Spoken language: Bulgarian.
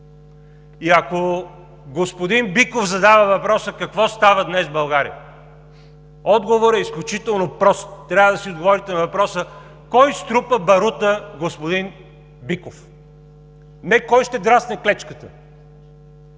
И ако господин Биков задава въпроса: „Какво става днес в България?“, отговорът е изключително прост – трябва да си отговорите на въпроса кой струпа барута, господин Биков?! Не кой ще драсне клечката.